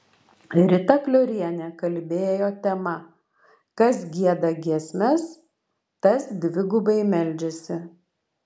rita kliorienė kalbėjo tema kas gieda giesmes tas dvigubai meldžiasi